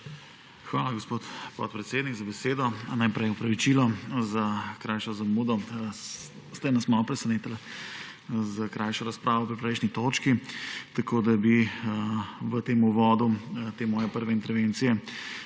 Hvala, gospod podpredsednik, za besedo. Najprej opravičilo za krajšo zamudo, ste nas malo presenetili s krajšo razpravo pri prejšnji točki, tako da bi v tem uvodu te moje prve intervencije